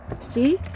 see